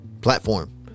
platform